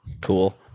cool